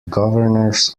governors